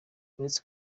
uretse